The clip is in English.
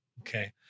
Okay